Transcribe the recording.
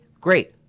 Great